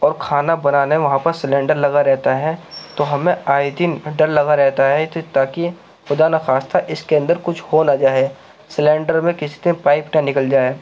اور کھانا بنانے وہاں پر سلینڈر لگا رہتا ہے تو ہمیں آئے دن ڈر لگا رہتا تاکہ خدا نخواستہ اس کے اندر کچھ ہو نہ جائے سیلنڈر میں کسی دن پائپ نہ نکل جائے